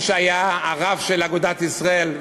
מי שהיה הרב של אגודת ישראל,